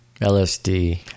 LSD